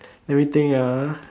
everything ah